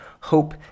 hope